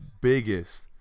biggest